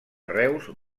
reus